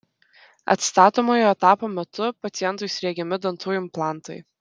atstatomojo etapo metu pacientui sriegiami dantų implantai